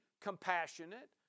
compassionate